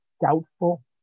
doubtful